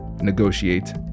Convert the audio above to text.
negotiate